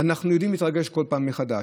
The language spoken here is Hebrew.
אנחנו יודעים להתרגש כל פעם מחדש.